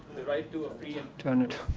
right to a free and turn it.